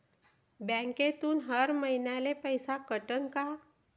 बँकेतून हर महिन्याले पैसा कटन का?